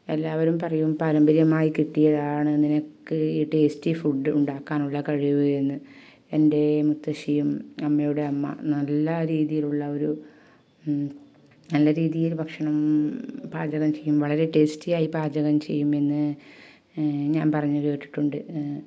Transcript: എല്ലാവരും പറയും പാരമ്പര്യമായി കിട്ടിയതാണ് നിനക്ക് ഈ ടേസ്റ്റി ഫുഡ് ഉണ്ടാക്കാനുള്ള കഴിവ് എന്ന് എൻ്റെ മുത്തശ്ശിയും അമ്മയുടെ അമ്മ നല്ലാ രീതിയിലുള്ള ഒരു നല്ല രീതിയിൽ ഭക്ഷണം പാചകം ചെയ്യും വളരെ ടേസ്റ്റിയായി പാചകം ചെയ്യുമെന്ന് ഞാൻ പറഞ്ഞ് കേട്ടിട്ടുണ്ട്